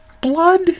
blood